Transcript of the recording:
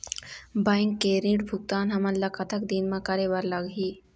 Bank के ऋण भुगतान हमन ला कतक दिन म करे बर लगही?